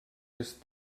oest